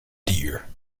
deer